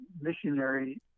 missionary